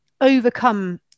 overcome